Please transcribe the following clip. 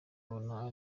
abona